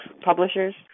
publishers